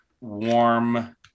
warm